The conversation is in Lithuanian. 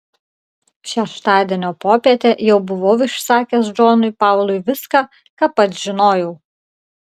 šeštadienio popietę jau buvau išsakęs džonui paului viską ką pats žinojau